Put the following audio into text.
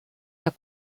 der